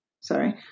sorry